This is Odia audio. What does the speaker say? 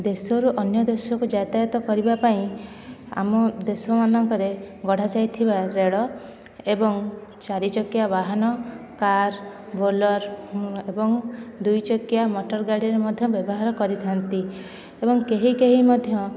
ଦେଶରୁ ଅନ୍ୟ ଦେଶକୁ ଯାତାୟତ କରିବା ପାଇଁ ଆମ ଦେଶମାନଙ୍କରେ ଗଢ଼ା ଯାଇଥିବା ରେଳ ଏବଂ ଚାରି ଚକିଆ ବାହାନ କାର୍ ବୋଲର୍ ଏବଂ ଦୁଇ ଚକିଆ ମଟର ଗାଡ଼ିର ମଧ୍ୟ ବ୍ୟବହାର କରିଥାନ୍ତି ଏବଂ କେହି କେହି ମଧ୍ୟ